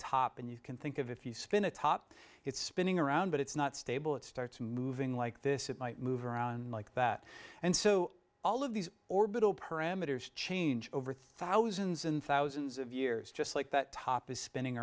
top and you can think of if you spin a top it's spinning around but it's not stable it starts moving like this it might move around like that and so all of these orbital parameters change over thousands and thousands of years just like that top is spinning